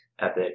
Epic